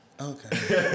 Okay